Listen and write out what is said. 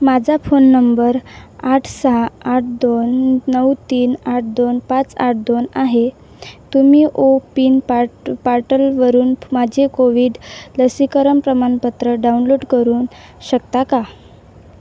माझा phone number आठ सहा आठ दोन नऊ तीन आठ दोन पाच आठ दोन आहे तुम्ही ओपिन पाट पार्टलवरून माझे कोविड लसीकरण प्रमाणपत्र डाउनलोड करून शकता का